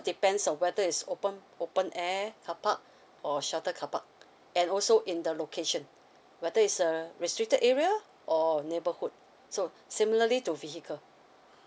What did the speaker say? depends on whether is open open air carpark or sheltered carpark and also in the location whether is a restricted area or neighbourhood so similarly to vehicle